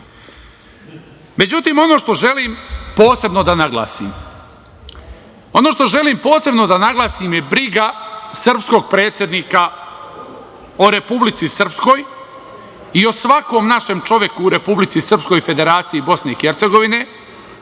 Vučić. Ono što želim posebno da naglasim, jeste briga srpskog predsednika o Republici Srpskoj i o svakom našem čoveku u Republici Srpskoj Federaciji BiH